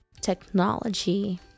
technology